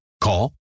Call